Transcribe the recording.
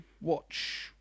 watch